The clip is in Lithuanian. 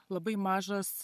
labai mažas